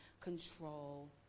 control